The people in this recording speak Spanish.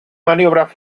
maniobras